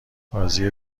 بازی